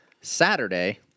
Saturday